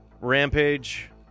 Rampage